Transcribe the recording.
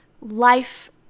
life